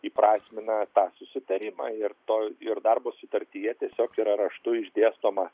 įprasmina tą susitarimą ir to ir darbo sutartyje tiesiog yra raštu išdėstoma